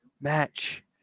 match